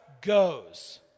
goes